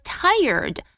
tired